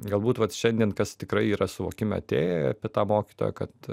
galbūt vat šiandien kas tikrai yra suvokime atėję apie tą mokytoją kad